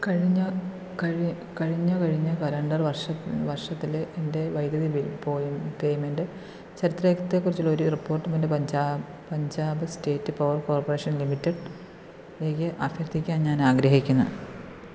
കഴിഞ്ഞ കഴി കഴിഞ്ഞ കഴിഞ്ഞ കലണ്ടർ വർഷ വർഷത്തിലെ എന്റെ വൈദ്യുതി ബിൽ പോയ് പേയ്മെൻറ് ചരിത്രത്തെക്കുറിച്ചുള്ള ഒരു റിപ്പോർട്ട് പഞ്ചാ പഞ്ചാബ് സ്റ്റേറ്റ് പവർ കോർപ്പറേഷൻ ലിമിറ്റഡിലേക്ക് അഭ്യർത്ഥിക്കാൻ ഞാൻ ആഗ്രഹിക്കുന്നു